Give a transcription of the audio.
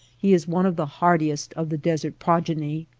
he is one of the hardiest of the desert progeny.